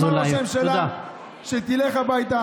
ראש הממשלה, שתלך הביתה ונגמר.